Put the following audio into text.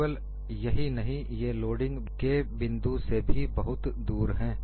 केवल यही नहीं ये लोडिंग के बिंदु से भी बहुत दूर है